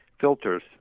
filters